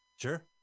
Sure